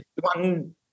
one